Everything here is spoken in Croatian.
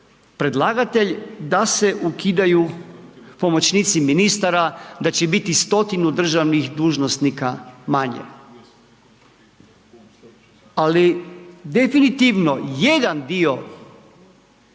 predlagatelj da se ukidaju pomoćnici ministara, da će biti stotinu državnih manje. Ali definitivno jedan dio